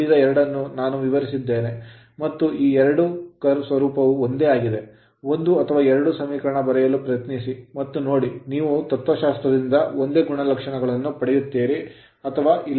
ಉಳಿದ ಎರಡನ್ನು ನಾನು ವಿವರಿಸಿದ್ದೇನೆ ಮತ್ತು ಈ ಎರಡು curve ವಕ್ರರೇಖೆಗಳ ಸ್ವರೂಪವು ಒಂದೇ ಆಗಿದೆ 1 ಅಥವಾ 2 ಸಮೀಕರಣ ಬರೆಯಲು ಪ್ರಯತ್ನಿಸಿ ಮತ್ತು ನೋಡಿ ನೀವು ತತ್ವಶಾಸ್ತ್ರದಿಂದ ಒಂದೇ ಗುಣಲಕ್ಷಣಗಳನ್ನು ಪಡೆಯುತ್ತೀರಿ ಅಥವಾ ಇಲ್ಲ